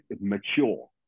mature